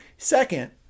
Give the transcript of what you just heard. Second